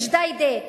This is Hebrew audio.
בג'דיידה,